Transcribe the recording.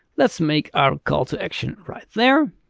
let's make our call to action right there.